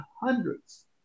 hundreds